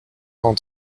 cent